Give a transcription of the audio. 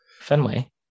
Fenway